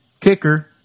kicker